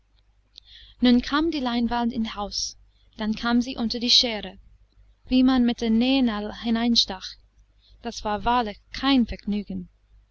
nun kam die leinwand ins haus dann kam sie unter die scheere wie man schnitt wie man mit der nähnadel hineinstach das war wahrlich kein vergnügen